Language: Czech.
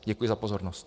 Děkuji za pozornost.